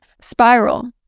spiral